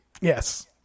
Yes